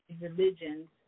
religions